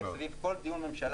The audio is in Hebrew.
וזה סביב כל דיון בממשלה,